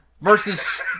versus